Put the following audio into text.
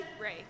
Ray